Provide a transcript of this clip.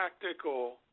practical